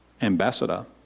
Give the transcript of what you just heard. ambassador